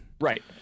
Right